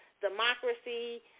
democracy